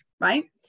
right